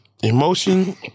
Emotion